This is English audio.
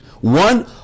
one